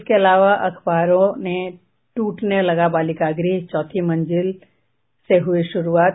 इसके अलावा अखबारों ने टूटने लगा बालिका गृह चौथी मंजिल से हुई शुरूआत